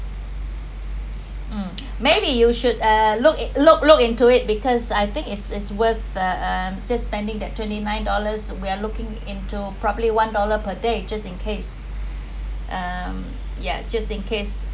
um maybe you should uh look in~ look look into it because I think it's it's worth the um um just spending that twenty nine dollars we're looking into probably one dollar per day just in case um ya just in case